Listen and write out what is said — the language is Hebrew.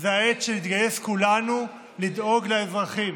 זו העת שנתגייס כולנו לדאוג לאזרחים.